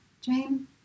Jane